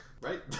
Right